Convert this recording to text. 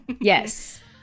Yes